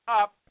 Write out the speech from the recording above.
up